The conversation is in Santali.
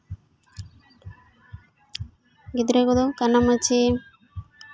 ᱜᱤᱫᱽᱨᱟᱹ ᱠᱚᱫᱚ ᱠᱟᱱᱟ ᱢᱟ ᱪᱷᱤ